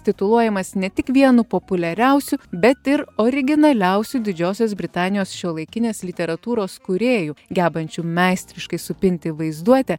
tituluojamas ne tik vienu populiariausiu bet ir originaliausiu didžiosios britanijos šiuolaikinės literatūros kūrėju gebančiu meistriškai supinti vaizduotę